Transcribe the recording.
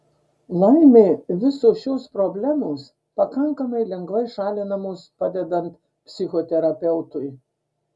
laimei visos šios problemos pakankamai lengvai šalinamos padedant psichoterapeutui